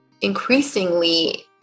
increasingly